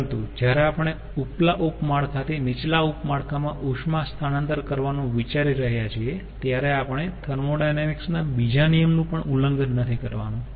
પરંતુ જ્યારે આપણે ઉપલા ઉપ માળખાથી નીચલા ઉપ માળખા માં ઉષ્મા સ્થાનાંતર કરવાનું વિચારી રહ્યા છીએ ત્યારે આપણે થર્મોોડાયનેમિક્સના બીજા નિયમ નું પણ ઉલ્લંઘન નથી કરવાનું